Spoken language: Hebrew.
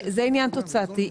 זה עניין תוצאתי,